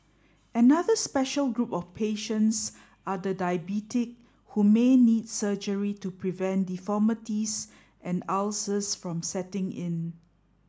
another special group of patients are the diabetic who may need surgery to prevent deformities and ulcers from setting in